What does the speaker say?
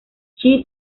chi